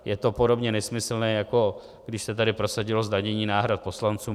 Je to podobně nesmyslné, jako když se tady prosadilo zdanění náhrad poslancům.